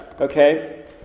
Okay